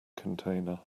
container